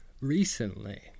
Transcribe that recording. recently